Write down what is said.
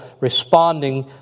responding